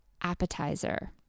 appetizer